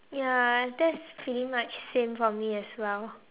ya that's pretty much same for me as well